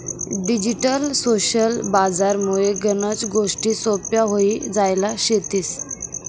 digital social बजार मुळे गनच गोष्टी सोप्प्या व्हई जायल शेतीस